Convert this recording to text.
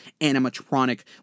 animatronic